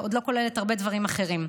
שלא כוללת עוד הרבה דברים אחרים.